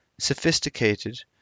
sophisticated